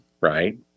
right